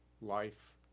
life